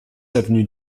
avenue